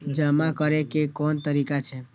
जमा करै के कोन तरीका छै?